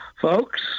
folks